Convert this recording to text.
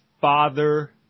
father